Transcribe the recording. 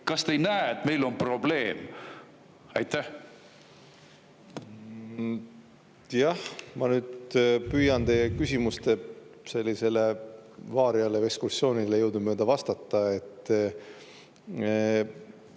Kas te ei näe, et meil on probleem? Jah, ma nüüd püüan teie küsimustevariale või -ekskursioonile jõudumööda vastata.